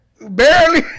Barely